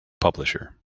publisher